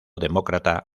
demócrata